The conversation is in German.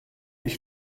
ich